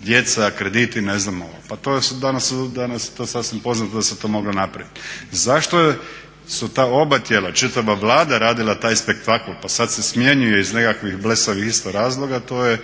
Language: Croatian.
Djeca, krediti ne znam, pa to je danas sasvim poznato da se to moglo napraviti. Zašto su ta oba tijela, čitava Vlada radila taj spektakl pa sad se smjenjuje iz nekakvih blesavih isto razloga to je